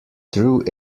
through